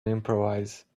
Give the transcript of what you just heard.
improvise